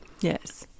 Yes